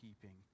keeping